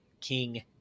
King